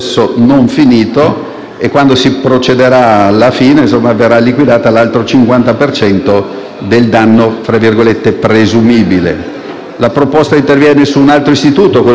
La proposta interviene su un altro istituto, quello dell'indegnità a succedere, che è stato ben puntualizzato dal collega Palma.